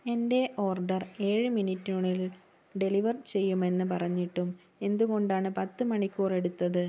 എന്റെ ഓർഡർ ഏഴ് മിനിറ്റിനുള്ളിൽ ഡെലിവർ ചെയ്യുമെന്ന് പറഞ്ഞിട്ടും എന്തുകൊണ്ടാണ് പത്ത് മണിക്കൂർ എടുത്തത്